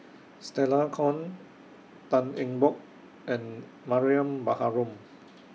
Stella Kon Tan Eng Bock and Mariam Baharom